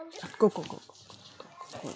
go go go go go go go